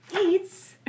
eats